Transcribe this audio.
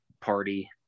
party